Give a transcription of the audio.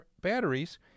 batteries